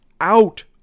out